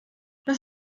das